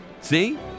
See